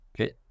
Okay